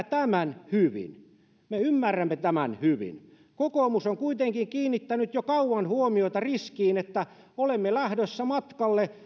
tämän hyvin me ymmärrämme tämän hyvin kokoomus on kuitenkin kiinnittänyt jo kauan huomiota riskiin että olemme lähdössä matkalle